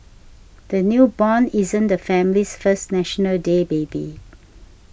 the newborn isn't the family's first National Day baby